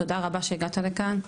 תודה רבה שהגעת לכאן.